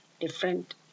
different